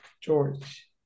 George